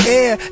air